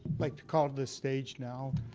like to call to the stage now,